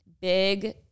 big